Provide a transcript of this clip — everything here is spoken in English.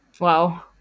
Wow